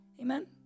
Amen